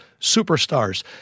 Superstars